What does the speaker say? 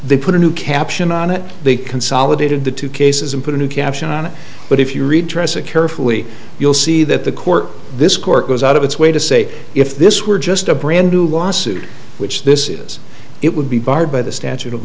they put a new caption on it they consolidated the two cases and put a new caption on it but if you read tressa carefully you'll see that the court this court goes out of its way to say if this were just a brand new lawsuit which this is it would be barred by the statute of